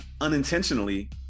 unintentionally